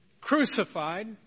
crucified